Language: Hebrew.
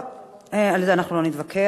טוב, על זה אנחנו לא נתווכח.